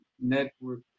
network